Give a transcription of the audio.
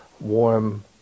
warm